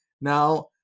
Now